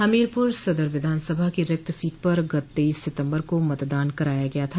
हमीरपुर सदर विधानसभा की रिक्त सीट पर गत तेईस सितम्बर को मतदान कराया गया था